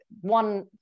one